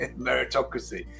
meritocracy